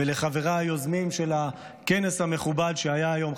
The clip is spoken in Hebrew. ולחבריי היוזמים של הכנס המכובד שהיה היום,